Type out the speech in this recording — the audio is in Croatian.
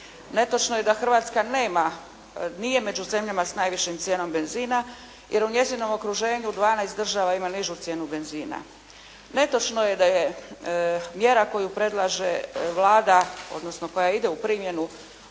Netočno je da Hrvatska nema, nije među zemljama s najvišom cijenom benzina jer u njezinom okruženju 12 država ima nižu cijenu benzina. Netočno je da je mjera koju predlaže Vlada, odnosno koja ide u primjenu